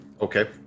Okay